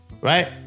Right